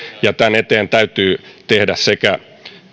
tämän eteen täytyy tehdä